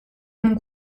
mon